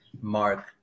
mark